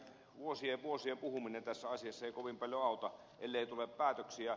vuosien ja vuosien puhuminen tässä asiassa ei kovin paljon auta ellei tule päätöksiä